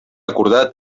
acordat